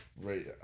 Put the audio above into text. right